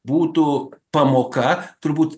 būtų pamoka turbūt